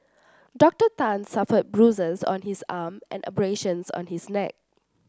Doctor Tan suffered bruises on his arm and abrasions on his neck